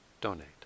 donate